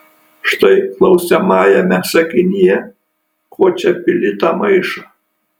štai klausiamajame sakinyje ko čia pili tą maišą